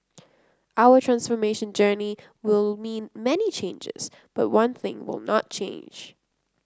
our transformation journey will mean many changes but one thing will not change